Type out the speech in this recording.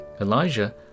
Elijah